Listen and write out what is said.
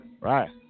Right